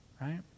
right